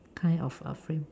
kind of a frame